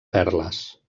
perles